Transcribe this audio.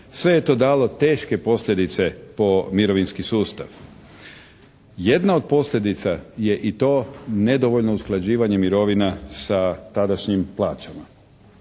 Sve je to dalo teške posljedice po mirovinski sustav. Jedna od posljedica je i to nedovoljno usklađivanje mirovina sa tadašnjim plaćama.